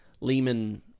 Lehman